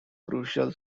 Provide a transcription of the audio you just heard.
crucial